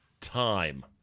time